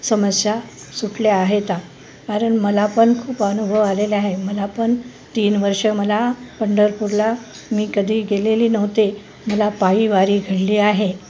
समस्या सुटल्या आहेता कारण मला पण खूप अनुभव आलेले आहे मला पण तीन वर्ष मला पंढरपूरला मी कधी गेलेली नव्हते मला पायी वारी घडली आहे